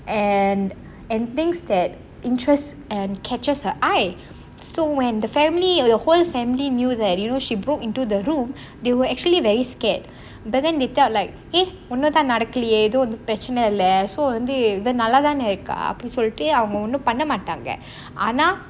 and and things that interest and catches her eye so when the family or your whole family knew that you know she broke into the room they were actually very scared but then they felt like !hey! ஒன்னும் தான் நடக்கலையே எதுவும் எது பிரச்சனை இல்ல:onnum thaan nadakkalaiyae ethuvum ethu pirachanai illa so வந்து:vanthu